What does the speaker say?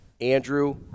Andrew